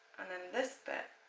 and this bit